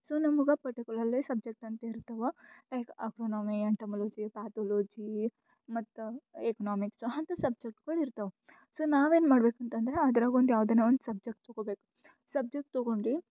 so ನಮ್ಗೆ particularly subject ಅಂತ ಇರ್ತವೆ ಲೈಕ್ ಅಟೋನಮಿ ಎಂಟೋಮಲೋಜಿ ಪ್ಯಾತೊಲೊಜಿ ಮತ್ತು ಎಕ್ನಾಮಿಕ್ಸು ಅಂತ ಸಬ್ಜೆಕ್ಟ್ಗಳ್ ಇರ್ತವೆ ಸೊ ನಾವೇನು ಮಾಡ್ಬೇಕು ಅಂತಂದರೆ ಅದ್ರಾಗೆ ಒಂದು ಯಾವ್ದಾನ ಒಂದು ಸಬ್ಜೆಕ್ಟ್ ತಗೋಬೇಕು ಸಬ್ಜೆಕ್ಟ್ ತಗೊಂಡು